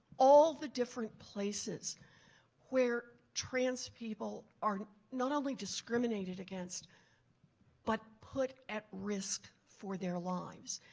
all the different places where trans-people are not only discriminated against but put at risk for their lives.